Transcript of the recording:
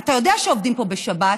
אתה יודע שעובדים פה בשבת,